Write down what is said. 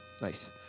Nice